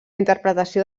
interpretació